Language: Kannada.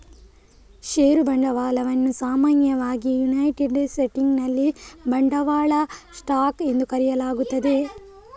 ಷೇರು ಬಂಡವಾಳವನ್ನು ಸಾಮಾನ್ಯವಾಗಿ ಯುನೈಟೆಡ್ ಸ್ಟೇಟ್ಸಿನಲ್ಲಿ ಬಂಡವಾಳ ಸ್ಟಾಕ್ ಎಂದು ಕರೆಯಲಾಗುತ್ತದೆ